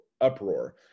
uproar